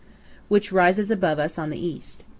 which rises above us on the east.